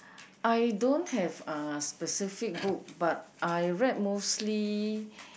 I don't have uh specific book but I read mostly